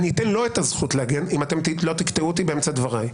אני אתן לו את הזכות להגן אם לא תקטעו אותי באמצע דבריי.